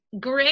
Great